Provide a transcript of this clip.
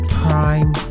prime